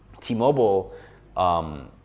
T-Mobile